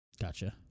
Gotcha